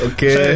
Okay